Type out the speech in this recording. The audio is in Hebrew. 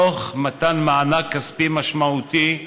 תוך מתן מענק כספי משמעותי,